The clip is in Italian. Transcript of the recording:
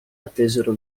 attesero